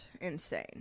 insane